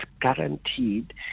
guaranteed